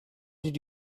did